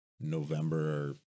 November